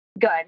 good